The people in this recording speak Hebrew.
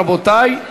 רבותי,